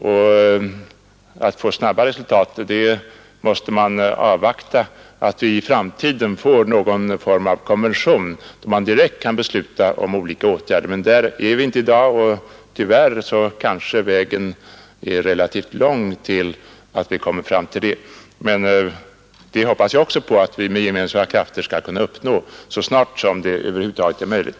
För att komma till snabba resultat fordras att vi först har något slags konvention, så att vi på grundval av den direkt kan besluta om olika åtgärder. Där är vi inte i dag, och vägen dit kanske tyvärr är ganska lång. Men vi hoppas att med gemensamma ansträngningar kunna komma dithän så snart som det över huvud taget är möjligt.